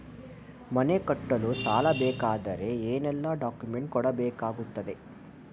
ಮನೆ ಕಟ್ಟಲು ಸಾಲ ಸಿಗಬೇಕಾದರೆ ಏನೆಲ್ಲಾ ಡಾಕ್ಯುಮೆಂಟ್ಸ್ ಕೊಡಬೇಕಾಗುತ್ತದೆ?